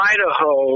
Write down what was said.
Idaho